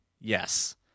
Yes